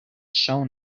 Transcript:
show